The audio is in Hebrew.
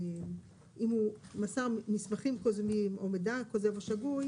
אם הוא מסר מסמכים כוזבים או ידע כוזב או שגוי